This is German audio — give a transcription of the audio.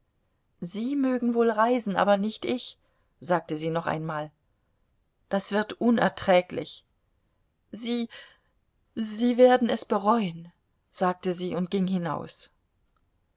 sie mögen wohl reisen aber nicht ich sagte sie noch einmal das wird unerträglich sie sie werden es bereuen sagte sie und ging hinaus